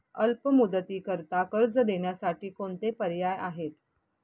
अल्प मुदतीकरीता कर्ज देण्यासाठी कोणते पर्याय आहेत?